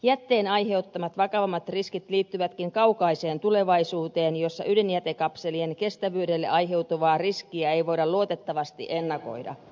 jätteen aiheuttamat vakavammat riskit liittyvätkin kaukaiseen tulevaisuuteen jossa ydinjätekapselien kestävyydelle aiheutuvaa riskiä ei voida luotettavasti ennakoida